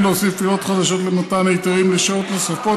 להוסיף עילות חדשות למתן היתרים לשעות נוספות,